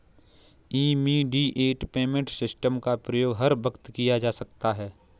immediate payment system का प्रयोग हर वक्त किया जा सकता है